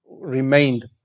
remained